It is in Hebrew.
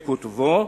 בכותבו: